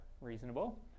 reasonable